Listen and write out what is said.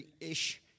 ish